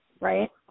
Right